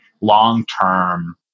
long-term